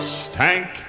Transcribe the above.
stank